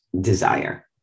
desire